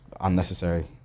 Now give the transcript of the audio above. unnecessary